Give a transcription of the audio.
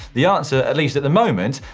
the answer, at least at the moment,